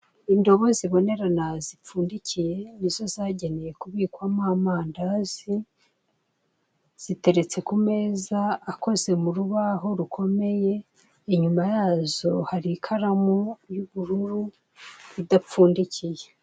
Indobo zibonerana zipfundikiye nizo zagenewe kubikwamo amandazi ziteretse kumeza akoze murubaho rukomeye inyuma yazo hari ikaramu y'ubururu idapfundikiye.